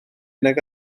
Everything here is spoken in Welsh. nag